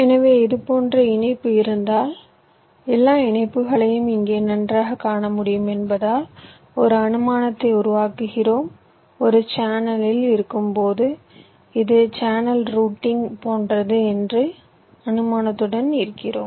எனவே இதுபோன்ற இணைப்பு இருந்தால் எல்லா இணைப்புகளையும் இங்கே நன்றாகக் காண முடியும் என்பதால் ஒரு அனுமானத்தை உருவாக்குகிறோம் ஒரு சேனலில் இருக்கும்போது இது சேனல் ரூட்டிங் போன்றது என்ற அனுமானத்துடன் இருக்கிறோம்